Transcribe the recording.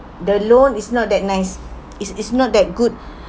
the loan is not that nice is is not that good